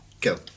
go